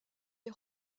est